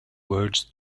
words